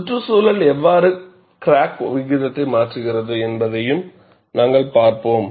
சுற்றுச்சூழல் எவ்வாறு கிராக் வளர்ச்சி விகிதத்தை மாற்றுகிறது என்பதையும் நாங்கள் பார்ப்போம்